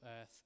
earth